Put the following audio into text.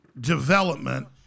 development